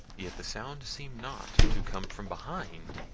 yet the sound seemed not to come from behind.